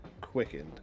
quickened